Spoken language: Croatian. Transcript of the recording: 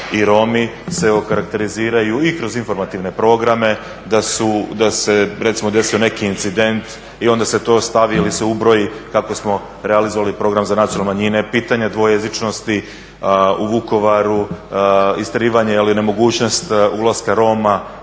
i Romi se okarakteriziraju i kroz informativne programe da se recimo desio neki incident i onda s to stavi ili se ubroji kako smo realizirali program za nacionalne manjine, pitanje dvojezičnosti u Vukovaru, istjerivanje ili nemogućnost ulaska Roma